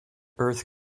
earth